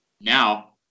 Now